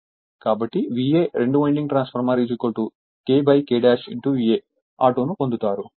కాబట్టి VA రెండు winding transformer K K VA auto ను పొందుతారు